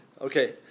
Okay